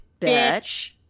Bitch